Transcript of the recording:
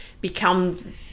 become